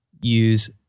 use